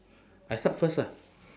I start first lah